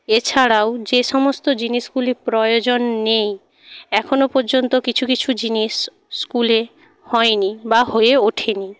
এছাড়াও যে সমস্ত জিনিসগুলি প্রয়োজন নেই এখনও পর্যন্ত কিছু কিছু জিনিস স্কুলে হয় নি বা হয়ে ওঠে নি